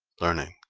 learning,